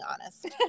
honest